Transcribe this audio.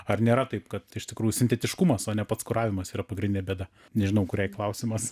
ar nėra taip kad iš tikrų sintetiškumas o ne pats kuravimas yra pagrindinė bėda nežinau kuriai klausimas